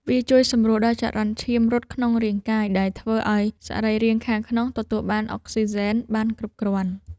វាជួយសម្រួលដល់ចរន្តឈាមរត់ក្នុងរាងកាយ ដែលធ្វើឱ្យសរីរាង្គខាងក្នុងទទួលបានអុកស៊ីហ្សែនបានគ្រប់គ្រាន់។